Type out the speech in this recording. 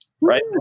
right